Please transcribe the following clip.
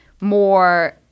more